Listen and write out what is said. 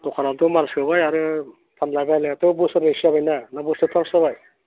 दखानावथ' माल सोबाय आरो फानलाय बायलायाथ' बोसोरनै जाबायना ना बोसोर थामसो जाबाय